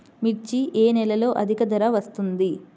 మిర్చి ఏ నెలలో అధిక ధర వస్తుంది?